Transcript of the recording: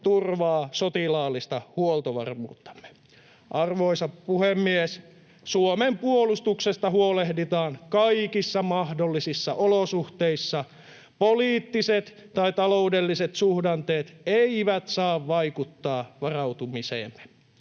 turvaa sotilaallista huoltovarmuuttamme. Arvoisa puhemies! Suomen puolustuksesta huolehditaan kaikissa mahdollisissa olosuhteissa. Poliittiset tai taloudelliset suhdanteet eivät saa vaikuttaa varautumiseemme.